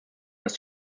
das